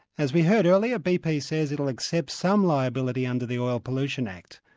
as we heard earlier, bp says it'll accept some liability under the oil pollution act.